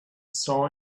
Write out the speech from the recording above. saw